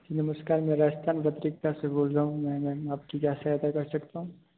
जी नमस्कार मैं राजस्थान पत्रिका से बोल रहा हूँ मैं मैम आपकी क्या सहायता कर सकता हूँ